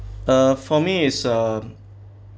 uh for me is um